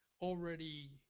already